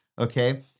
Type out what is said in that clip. okay